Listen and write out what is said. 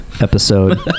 episode